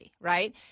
right